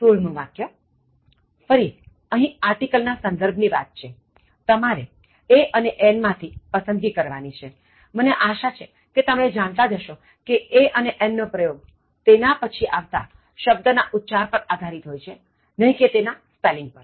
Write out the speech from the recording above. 16 ફરી અહીં આર્ટિકલ ના સંદર્ભ ની વાત છેતમારે a અને an માં થી પસંદગી કરવાની છેમને આશા છે કે તમે એ જાણતા જ હશો કે a અને an નો પ્રયોગ તેના પછી આવતા શબ્દ ના ઉચ્ચાર પર આધારિત હોય છેનહીં કે તેના સ્પેલિંગ પર